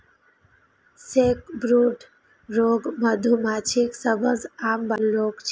sacbrood रोग मधुमाछीक सबसं आम वायरल रोग छियै